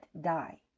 die